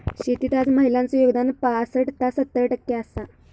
शेतीत आज महिलांचा योगदान पासट ता सत्तर टक्के आसा